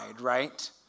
right